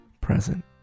present